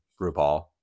rupaul